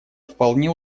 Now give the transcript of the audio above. вполне